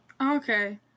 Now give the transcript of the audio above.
Okay